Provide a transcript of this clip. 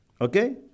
Okay